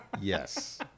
Yes